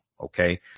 Okay